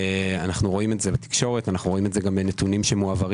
אנו רואים את זה בתקשורת ובנתונים שמועברים